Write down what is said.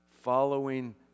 following